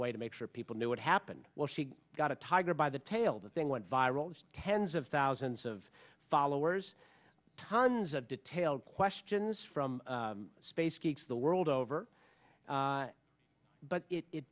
way to make sure people knew what happened well she got a tiger by the tail the thing went viral tens of thousands of followers tons of detailed questions from space geeks the world over but it